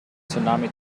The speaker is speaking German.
tsunami